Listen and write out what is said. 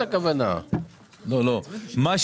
זזים מהסיכום.